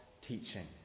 teaching